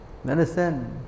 Understand